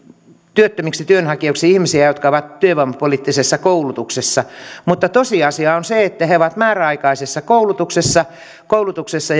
työttömiksi työnhakijoiksi ihmisiä jotka ovat työvoimapoliittisessa koulutuksessa mutta tosiasia on se että he ovat määräaikaisessa koulutuksessa koulutuksessa